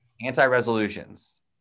Anti-resolutions